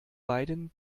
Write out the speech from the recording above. beiden